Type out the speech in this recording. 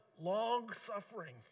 long-suffering